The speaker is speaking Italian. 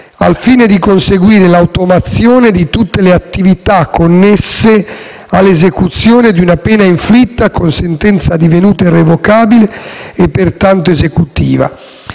al fine di conseguire l'automazione di tutte le attività connesse all'esecuzione di una pena inflitta con sentenza divenuta irrevocabile e, pertanto, esecutiva.